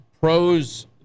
pros